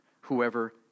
Whoever